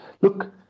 Look